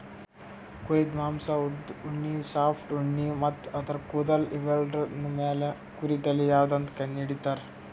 ಕುರಿದ್ ಮಾಂಸಾ ಉದ್ದ್ ಉಣ್ಣಿ ಸಾಫ್ಟ್ ಉಣ್ಣಿ ಮತ್ತ್ ಆದ್ರ ಕೂದಲ್ ಇವೆಲ್ಲಾದ್ರ್ ಮ್ಯಾಲ್ ಕುರಿ ತಳಿ ಯಾವದಂತ್ ಕಂಡಹಿಡಿತರ್